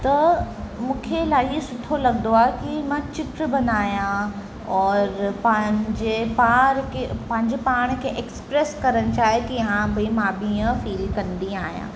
त मूंखे इलाही सुठो लॻंदो आहे कि मां चित्र बनाया और पंहिंजे पाण खे पंहिंजे पाण खे एक्सप्रेस करणु चाहे कि हा भई मां बि कीअं फ़ील कंदी आहियां